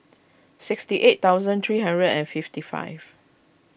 sixty eight thousand three and fifty five